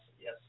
yes